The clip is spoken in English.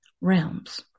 realms